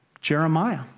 Jeremiah